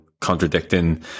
contradicting